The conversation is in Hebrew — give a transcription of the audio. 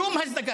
שום הצדקה.